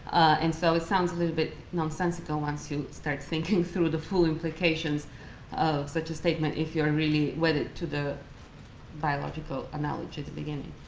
and so it sounds a little bit nonsensical once you start thinking through the full implications of such a statement if you're really wedded to the biological analogy at the beginning.